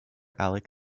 alec